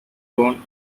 gone